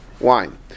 wine